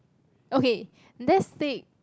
okay let's take